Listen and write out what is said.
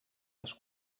les